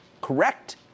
Correct